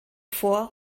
vor